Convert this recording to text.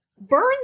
burns